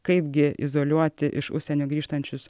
kaipgi izoliuoti iš užsienio grįžtančius